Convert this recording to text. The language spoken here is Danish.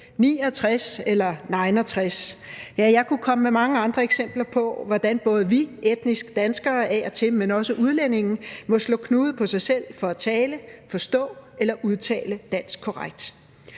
Ja, jeg kunne komme med mange andre eksempler på, hvordan både vi etniske danskere, men også udlændinge af og til må slå knuder på sig selv for at tale, forstå og udtale dansk korrekt.